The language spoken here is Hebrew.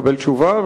אקבל תשובה,